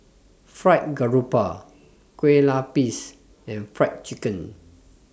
Fried Garoupa Kueh Lapis and Fried Chicken